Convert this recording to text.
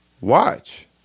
Watch